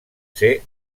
ser